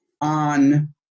on